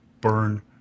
burn